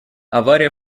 авария